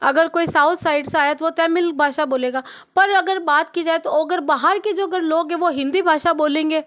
अगर कोई south side से आया तो वो तमिल भाषा बोलेगा पर अगर बात की जाए तो अगर बाहर की जो अगर लगे वह हिंदी भाषा बोलेंगे